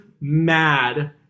mad